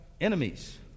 enemies